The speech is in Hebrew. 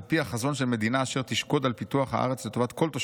על פי החזון של מדינה אשר 'תשקוד על פיתוח הארץ לטובת כל תושביה,